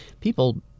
People